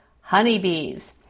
honeybees